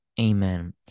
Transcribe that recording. Amen